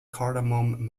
cardamom